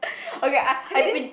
okay I I didn't